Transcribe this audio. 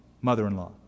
mother-in-law